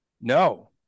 No